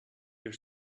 your